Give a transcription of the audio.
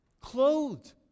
clothed